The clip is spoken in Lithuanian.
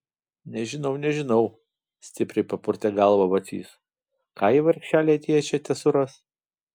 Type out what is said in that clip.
nežinau nežinau stipriai papurtė galvą vacys ką jie vargšeliai atėję čia tesuras